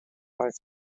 five